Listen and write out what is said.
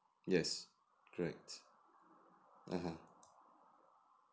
yes correct (uh huh)